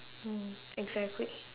mm exactly